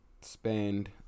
spend